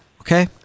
Okay